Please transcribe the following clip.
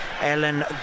Ellen